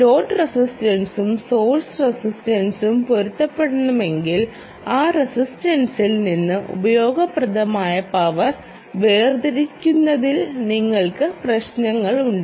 load റെസിസ്റ്റൻസും source റെസിസ്റ്റൻസും പൊരുത്തപ്പെടുന്നില്ലെങ്കിൽ ആ സിസ്റ്റത്തിൽ നിന്ന് ഉപയോഗപ്രദമായ പവർ വേർതിരിച്ചെടുക്കുന്നതിൽ നിങ്ങൾക്ക് പ്രശ്നങ്ങളുണ്ട്